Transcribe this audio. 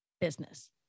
business